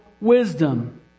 wisdom